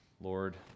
Lord